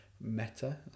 meta